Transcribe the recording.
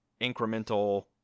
incremental